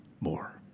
more